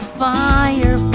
fire